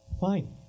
Fine